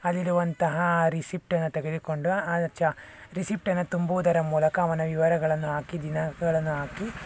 ಅಲ್ಲಿರುವಂತಹ ರಿಸಿಪ್ಟನ್ನ ತೆಗೆದುಕೊಂಡು ಅದು ಚ ರಿಸಿಪ್ಟನ್ನ ತುಂಬುವುದರ ಮೂಲಕ ಅವನ ವಿವರಗಳನ್ನು ಹಾಕಿ ದಿನಗಳನ್ನು ಹಾಕಿ